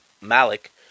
Malik